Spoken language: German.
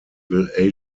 will